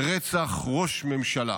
לרצח ראש ממשלה.